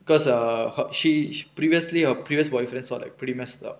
because err her she she previously her previous boyfriend were like pretty messed up